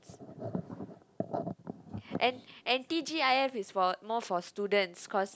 and and T_G_I_F is for more for students cause